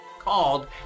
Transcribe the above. called